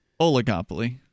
Oligopoly